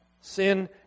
sin